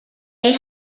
they